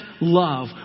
love